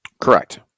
Correct